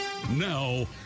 Now